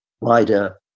wider